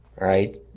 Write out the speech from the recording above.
Right